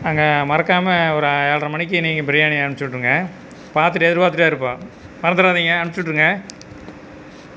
அங்கே மறக்காமல் ஒரு ஏழர மணிக்கு நீங்கள் பிரியாணி அமுச்சிவிட்ருங்க பார்த்துட்டு எதிர் பார்த்துட்டே இருப்போம் மறந்துறாதீங்க அனுப்பிச்சிவுட்ருங்க